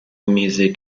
music